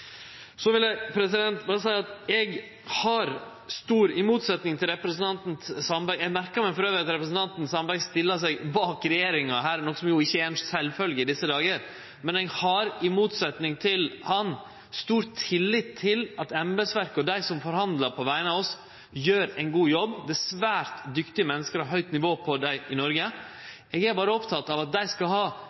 Så vil eg berre seie at eg, i motsetnad til representanten Sandberg – eg merka med elles at han stiller seg bak regjeringa her, noko som ikkje er sjølvsagt i desse dagar – har stor tillit til at embetsverket og dei som forhandlar på vegner av oss, gjer ein god jobb. Det er svært dyktige menneske og høgt nivå på dei frå Noreg. Eg er berre oppteken av at dei skal ha